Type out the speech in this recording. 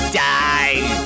die